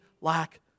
lack